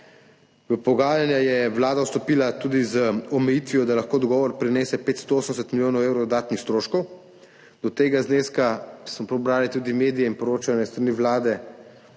V pogajanja je Vlada vstopila tudi z omejitvijo, da lahko dogovor prinese 580 milijonov evrov dodatnih stroškov. Do tega zneska, smo brali tudi medije in poročanje s strani Vlade,